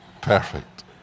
Perfect